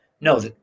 no